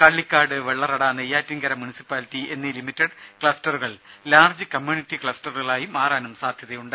Kallikkad Vellarada Neyyattinkara municipality എന്നീ limited ക്ലസ്റ്ററുകൾ large community ക്ലസ്റ്ററുകളായി മാറാനും സാധ്യതയുണ്ട്